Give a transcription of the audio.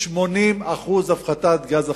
80% הפחתת גז החממה.